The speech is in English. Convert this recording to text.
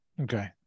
okay